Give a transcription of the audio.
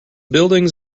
buildings